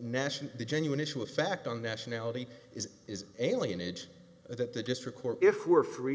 national the genuine issue of fact on nationality is is alien age that the district court if we're free